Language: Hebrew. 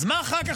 אז מה אחר כך,